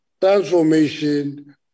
transformation